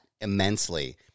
immensely